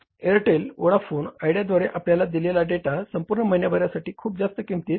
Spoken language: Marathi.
एअरटेल वोडाफोन आयडियाद्वारे आपल्याला दिलेला डेटा संपूर्ण महिन्यासाठी खुप जास्त किंमतीत 1